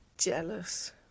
jealous